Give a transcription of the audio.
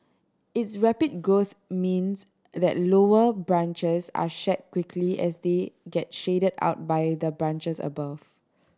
its rapid growth means that lower branches are shed quickly as they get shaded out by the branches above